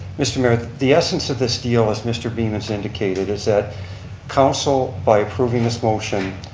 mr. mayor, the essence of this deal, as mr. beaman's indicated, is that council, by approving this motion,